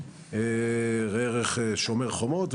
ראה ערך שומר חומות.